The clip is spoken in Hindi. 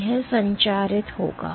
तो यह संचारित होगा